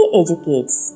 educates